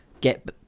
get